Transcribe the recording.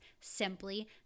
simply